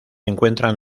encuentran